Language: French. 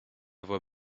voix